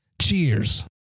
Cheers